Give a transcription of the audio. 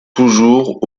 toujours